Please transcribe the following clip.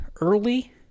early